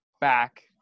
back